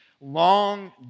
long